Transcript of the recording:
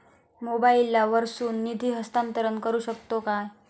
मोबाईला वर्सून निधी हस्तांतरण करू शकतो काय?